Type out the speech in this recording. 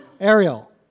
Ariel